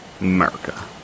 America